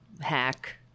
hack